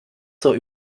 zur